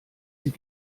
sie